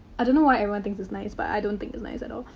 i don't know why everyone thinks is nice, but i don't think it's nice at all.